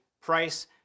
price